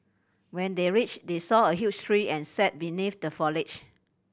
when they reached they saw a huge tree and sat beneath the foliage